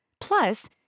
Plus